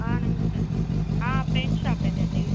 నమస్తే అండి పెయింటింగ్ షాపేనండి